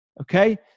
Okay